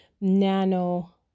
nano